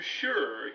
sure